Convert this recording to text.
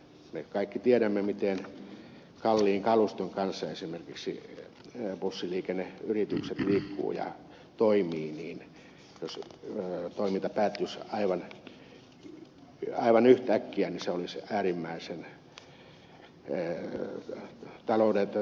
me kaikki tiedämme miten kalliin kaluston kanssa esimerkiksi bussiliikenneyritykset liikkuvat ja toimivat ja jos toiminta päättyisi aivan yhtäkkiä se olisi äärimmäisen huonoa suunnittelua